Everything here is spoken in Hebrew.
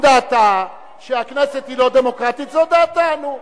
אם דעתה שהכנסת היא לא דמוקרטית, זו דעתה, נו.